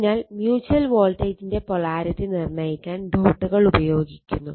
അതിനാൽ മ്യൂച്ചൽ വോൾട്ടേജിന്റെ പൊളാരിറ്റി നിർണ്ണയിക്കാൻ ഡോട്ടുകൾ ഉപയോഗിക്കുന്നു